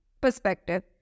perspective